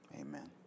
amen